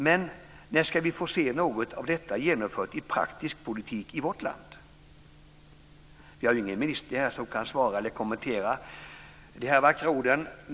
Men när ska vi få se något av detta genomfört i praktisk politik i vårt land? Vi har ingen minister här som kan svara eller kommentera de vackra orden.